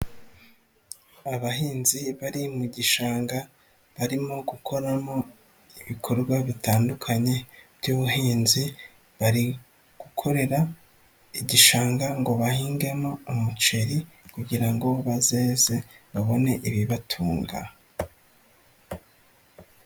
Abahinzi bari mu gishanga barimo gukoramo ibikorwa bitandukanye by'ubuhinzi, bari gukorera igishanga ngo bahingemo umuceri kugira ngo bazeze babone ibibatunga.